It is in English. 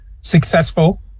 successful